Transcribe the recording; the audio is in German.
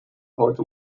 heute